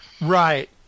Right